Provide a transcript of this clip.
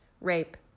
rape